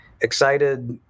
excited